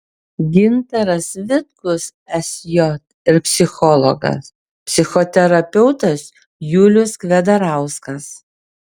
gintaras vitkus sj ir psichologas psichoterapeutas julius kvedarauskas